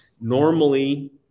Normally